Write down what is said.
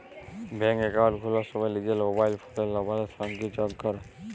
ব্যাংকে একাউল্ট খুলার সময় লিজের মবাইল ফোলের লাম্বারের সংগে যগ ক্যরা